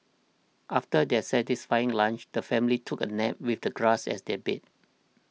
after their satisfying lunch the family took a nap with the grass as their bed